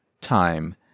time